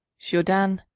jourdain,